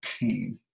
pain